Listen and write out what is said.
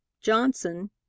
Johnson